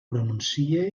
pronuncie